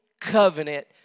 covenant